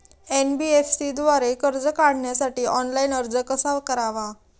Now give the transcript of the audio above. NBFC द्वारे कर्ज काढण्यासाठी ऑनलाइन अर्ज कसा करावा?